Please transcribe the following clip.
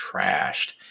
trashed